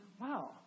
wow